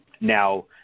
Now